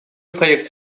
проект